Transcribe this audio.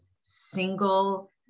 single